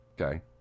Okay